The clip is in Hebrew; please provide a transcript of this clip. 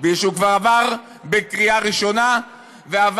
משום שהוא כבר עבר בקריאה ראשונה ועבר